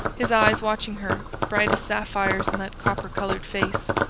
his eyes watching her, bright as sapphires in that copper-coloured face.